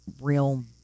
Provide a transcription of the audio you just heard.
real